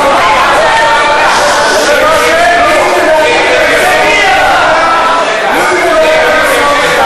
ראש הממשלה תומך בו, מי שלח אותך?